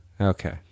Okay